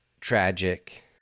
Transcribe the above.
Tragic